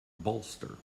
bolster